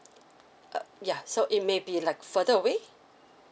err yeah so it may be like further away